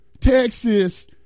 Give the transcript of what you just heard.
Texas